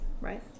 right